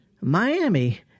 Miami